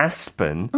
Aspen